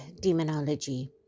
Demonology